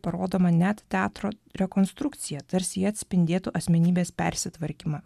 parodoma net teatro rekonstrukcija tarsi ji atspindėtų asmenybės persitvarkymą